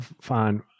fine